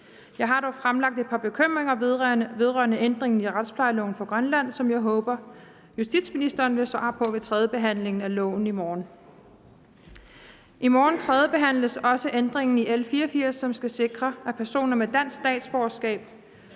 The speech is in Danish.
Jeg har dog fremlagt et par bekymringer vedrørende ændringen af retsplejeloven for Grønland, som jeg håber at justitsministeren vil svare på ved tredjebehandlingen af lovforslaget i morgen. I morgen tredjebehandles også ændringen i L 84, som skal sikre, at personer med dansk statsborgerskab